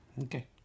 Okay